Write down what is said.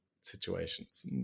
situations